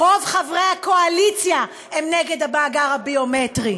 רוב חברי הקואליציה הם נגד המאגר הביומטרי.